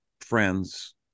friends